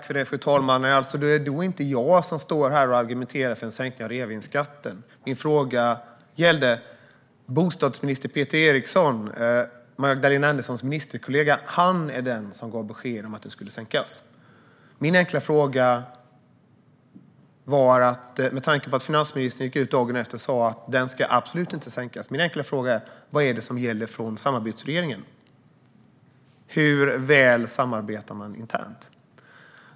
Fru talman! Det är alltså inte jag som står här och argumenterar för en sänkning av reavinstskatten. Min fråga gällde bostadsminister Peter Eriksson, Magdalena Anderssons ministerkollega. Han är den som gav besked om att den skulle sänkas. Med tanke på att finansministern dagen efter gick ut och sa att reavinstskatten absolut inte ska sänkas undrar jag helt enkelt: Vilket besked från samarbetsregeringen är det som gäller? Hur väl samarbetar man internt?